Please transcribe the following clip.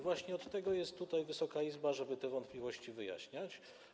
Właśnie od tego jest Wysoka Izba, żeby te wątpliwości wyjaśniać.